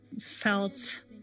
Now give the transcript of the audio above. felt